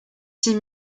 six